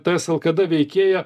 tslkd veikėją